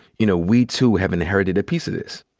you know, we too have inherited a piece of this.